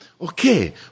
okay